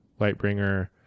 Lightbringer